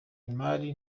imari